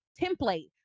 template